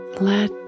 Let